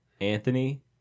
Anthony